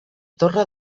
torre